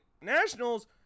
Nationals